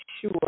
sure